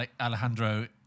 Alejandro